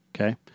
Okay